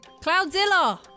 Cloudzilla